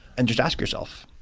and just ask yourself,